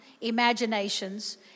imaginations